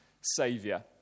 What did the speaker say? saviour